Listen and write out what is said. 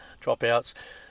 dropouts